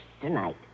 tonight